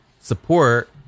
support